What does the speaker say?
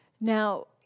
Now